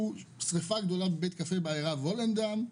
שריפה גדולה בבית קפה בעיירה Volendam.